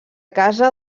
casa